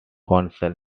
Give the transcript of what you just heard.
counsel